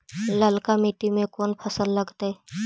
ललका मट्टी में कोन फ़सल लगतै?